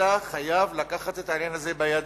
ואתה חייב לקחת את העניין הזה בידיים,